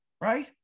right